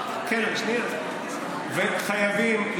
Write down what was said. וחייבים,